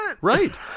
Right